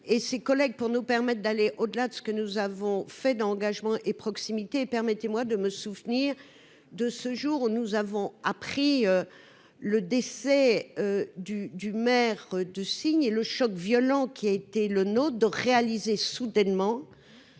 et ses collègues pour nous permettent d'aller au-delà de ce que nous avons fait d'engagement et proximité et permettez-moi de me souvenir de ce jour où nous avons appris le décès du du maire de signer le choc violent qui a été le nôtre de réaliser soudainement